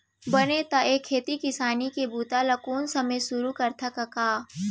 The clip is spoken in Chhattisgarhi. बने त ए खेती किसानी के बूता ल कोन समे सुरू करथा कका?